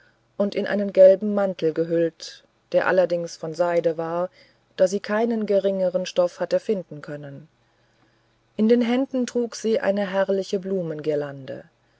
und in einen gelben mantel gehüllt der allerdings von seide war da sie keinen geringeren stoff hatte finden können in den händen trug sie eine herrliche